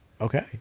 Okay